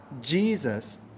Jesus